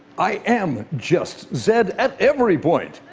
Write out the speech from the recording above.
i am just zed at every point.